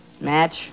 Match